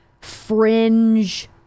fringe